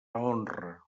honra